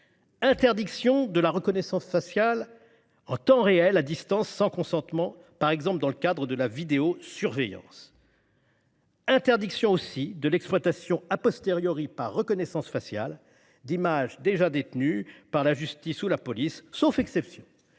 interdiction de la reconnaissance faciale en temps réel à distance sans consentement, par exemple dans le cadre de la vidéosurveillance ; interdiction aussi de l'exploitation par reconnaissance faciale d'images déjà détenues par la justice ou la police, sauf exception